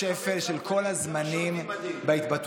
שהגענו לשפל של כל הזמנים בהתבטאויות,